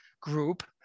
group